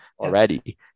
already